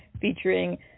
featuring